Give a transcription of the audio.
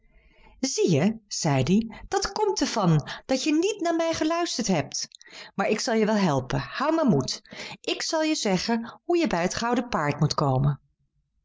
zie je zei die dat komt er van dat je niet naar mij geluisterd hebt maar ik zal je wel helpen hou maar moed ik zal je zeggen hoe je bij het gouden paard moet komen